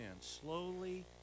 slowly